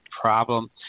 problem